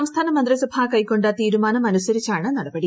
സംസ്ഥാന മന്ത്രിസഭ കൈക്കൊണ്ട തീരുമാനം അനുസരിച്ചാണ് നടപടി